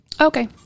Okay